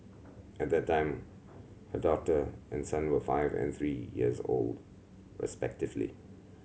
at that time her daughter and son were five and three years old respectively